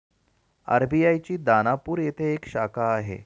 RBI ची दानापूर येथे एक शाखा आहे